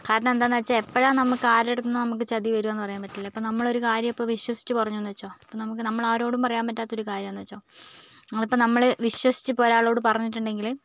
കാരണം എന്താണെന്ന് വെച്ചാൽ എപ്പോഴാണ് നമുക്ക് ആരുടെ അടുത്തു നിന്നാണ് നമുക്ക് ചതി വരിക എന്ന് പറയാൻ പറ്റില്ല ഇപ്പോൾ നമ്മൾ ഒരു കാര്യം ഇപ്പം വിശ്വസിച്ചു പറഞ്ഞു എന്ന് വെച്ചോ ഇപ്പോൾ നമുക്ക് നമ്മൾ ആരോടും പറയാൻ പറ്റാത്ത ഒരു കാര്യം ആണെന്ന് വെച്ചോ അതിപ്പോൾ നമ്മൾ വിശ്വസിച്ച് ഇപ്പോൾ ഒരാളോട് പറഞ്ഞിട്ടുണ്ടെങ്കിൽ